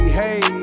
hey